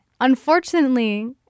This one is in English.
unfortunately